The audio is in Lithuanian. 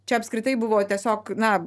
čia apskritai buvo tiesiog na